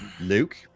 Luke